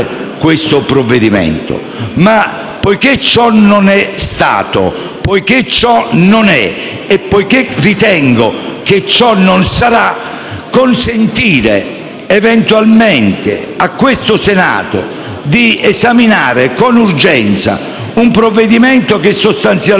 poiché ciò non è stato, poiché ciò non è e poiché ritengo che ciò non sarà, a me pare legittima la richiesta volta a consentire eventualmente a questo Senato di esaminare con urgenza un provvedimento che sostanzialmente si può definire un provvedimento